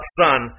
son